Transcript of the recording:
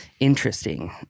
Interesting